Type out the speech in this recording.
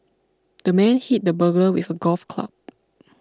the man hit the burglar with a golf club